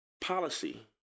policy